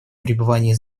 пребывания